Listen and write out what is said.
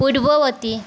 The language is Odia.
ପୂର୍ବବର୍ତ୍ତୀ